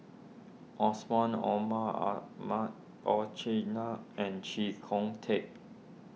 Omar Ahmad and Chee Kong Tet